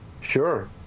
Sure